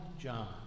John